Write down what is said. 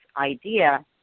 idea